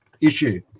issue